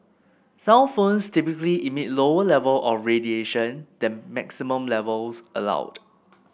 cellphones typically emit lower level of radiation than maximum levels allowed